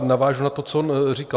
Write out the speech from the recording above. Navážu na to, co on říkal.